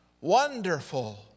Wonderful